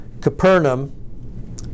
Capernaum